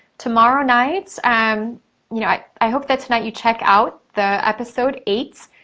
tomorrow night, um you know i i hope that tonight you check out the episode eight.